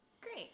Great